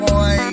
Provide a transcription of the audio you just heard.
Boy